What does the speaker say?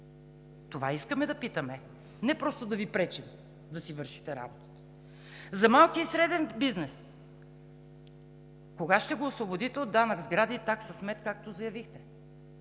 Това искаме да питаме, не просто да Ви пречим да си вършите работата. За малкия и средния бизнес: кога ще го освободите от данък сгради и такса смет, както заявихте?